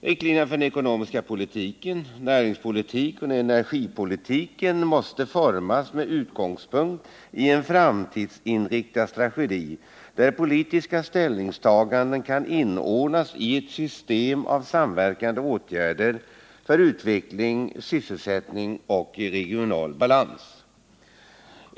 Riktlinjerna för den ekonomiska politiken samt för näringsoch energipolitiken måste formas med utgångspunkt i en framtidsinriktad strategi, där politiska ställningstaganden kan inordnas i ett system av samverkande åtgärder för utveckling, sysselsättning och regional balans.